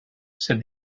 said